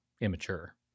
immature